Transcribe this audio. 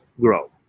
grow